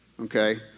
okay